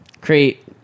create